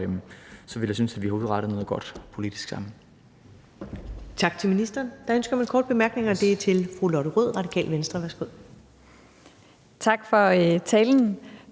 ville jeg synes, vi havde udrettet noget godt politisk sammen.